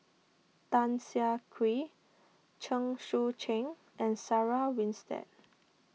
Tan Siah Kwee Chen Sucheng and Sarah Winstedt